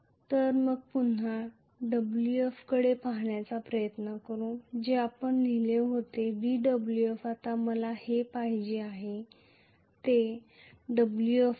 तर मग पुन्हा WF कडे बघण्याचा प्रयत्न करू जे आपण लिहिले होते dWf आता मला जे पाहिजे आहे ते WF आहे